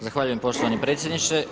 Zahvaljujem poštovani predsjedniče.